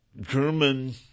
German